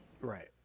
Right